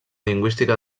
lingüística